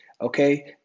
Okay